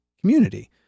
community